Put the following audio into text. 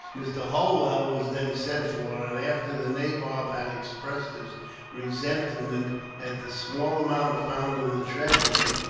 mr. holwell was then sent for, and after the nabob had expressed his resentment at the small amount found in the treasury,